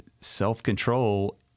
self-control